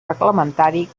reglamentari